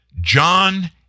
John